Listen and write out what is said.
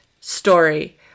story